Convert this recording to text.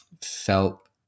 felt